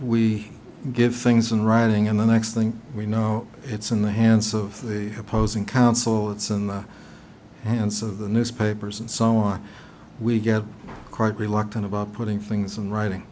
we give things in writing and the next thing we know it's in the hands of the opposing counsel it's in the hands of the newspapers and so on we get quite reluctant about putting things in writing